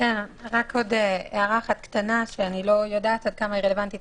רק הערה קטנה שאיני יודעת כמה היא רלוונטית,